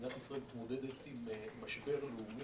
מדינת ישראל מתמודדת עם משבר לאומי,